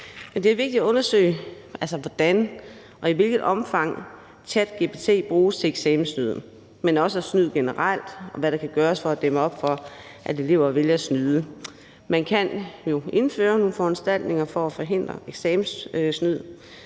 det er vigtigt at undersøge, hvordan og i hvilket omfang ChatGPT bruges til eksamenssnyd, men også af snyd generelt, og hvad der kan gøres for at dæmme op for, at elever vælger at snyde. Man kan jo indføre nogle foranstaltninger for at forhindre eksamenssnyd